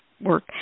work